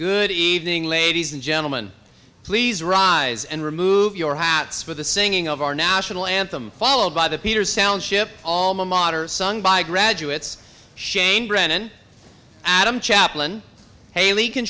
good evening ladies and gentlemen please rise and remove your hats for the singing of our national anthem followed by the peter sound ship all modern sung by graduates shane brennan adam chaplin haley can